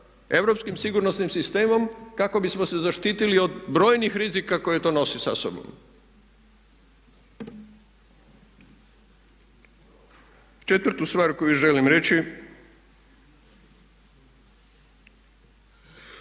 europskim sigurnosnim sistemom kako bismo se zaštitili od brojnih rizika koji to nose sa sobom. Četvrtu stvar koju želim reći,